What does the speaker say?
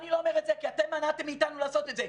אני לא אומר את זה כי אתם מנעתם מאיתנו לעשות את זה.